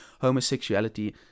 homosexuality